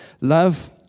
Love